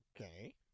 okay